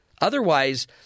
Otherwise